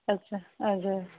ਅੱਛਾ